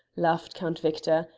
laughed count victor,